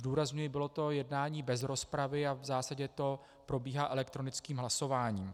Zdůrazňuji, bylo to jednání bez rozpravy a v zásadě to probíhá elektronickým hlasováním.